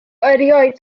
erioed